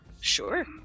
sure